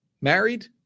married